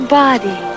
body